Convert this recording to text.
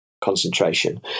concentration